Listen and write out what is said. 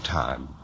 time